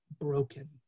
broken